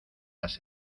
las